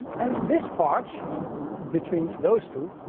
and this part between those two,